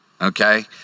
okay